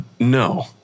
no